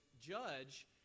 judge